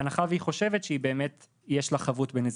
בהנחה שהיא חושבת שבאמת יש לה חבות בנזיקין.